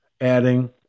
adding